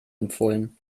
empfohlen